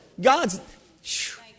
God's